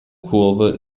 kurve